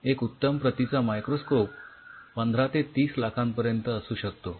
एक उत्तम प्रतीचा मायक्रोस्कोप १५ ते ३० लाखांपर्यंत असू शकतो